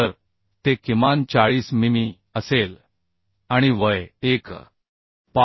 तर ते किमान 40 मिमी असेल आणि वय 1 असेल